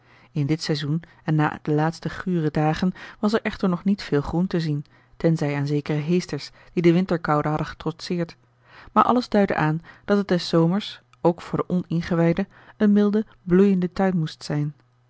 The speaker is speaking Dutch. in dit seizoen en na de laatste gure dagen was er echter nog niet veel groen te zien tenzij aan zekere heesters die de winterkoude hadden getrotseerd maar alles duidde aan dat het des zomers ook voor den oningewijde een milde bloeiende tuin moest zijn